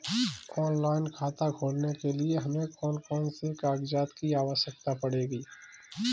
Online खाता खोलने के लिए हमें कौन कौन से कागजात की आवश्यकता पड़ेगी?